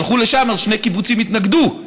הלכו לשם אז שני קיבוצים התנגדו,